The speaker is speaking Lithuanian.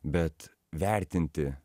bet vertinti